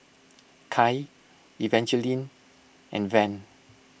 Kai Evangeline and Van